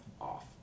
Off